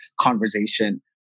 conversation